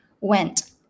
went